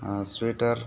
ᱟᱨ sweater